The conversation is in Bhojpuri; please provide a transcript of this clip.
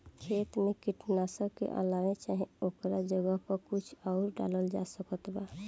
खेत मे कीटनाशक के अलावे चाहे ओकरा जगह पर कुछ आउर डालल जा सकत बा?